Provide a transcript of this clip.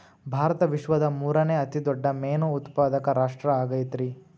ಭಾರತ ವಿಶ್ವದ ಮೂರನೇ ಅತಿ ದೊಡ್ಡ ಮೇನು ಉತ್ಪಾದಕ ರಾಷ್ಟ್ರ ಆಗೈತ್ರಿ